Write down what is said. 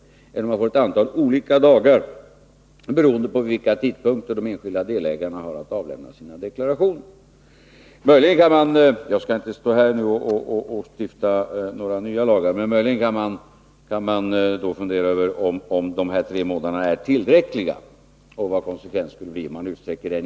Vi skulle annars få ett antal olika inbetalningsdagar beroende på vid vilka tidpunkter de enskilda delägarna har att avlämna sin deklaration. Jag skall inte stå här och stifta några nya lagar, men möjligen kan man fundera över om dessa tre månader är en tillräckligt lång tid och vilka konsekvenserna skulle bli om man utsträckte den.